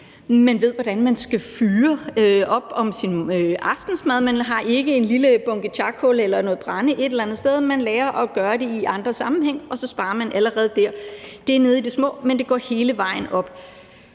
man ved, hvordan man skal fyre op om sin aftensmad. Man har ikke en lille bunke charcoal eller noget brænde et eller andet sted. Men lærer at gøre det i en anden sammenhæng, og så sparer man allerede der. Det er nede i de små, men det går hele vejen op.